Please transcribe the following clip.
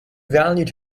valued